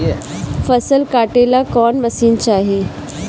फसल काटेला कौन मशीन चाही?